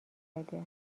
بده